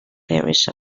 parish